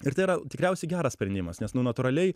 ir tai yra tikriausiai geras sprendimas nes nu natūraliai